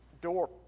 door